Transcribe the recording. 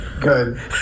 Good